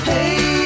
Hey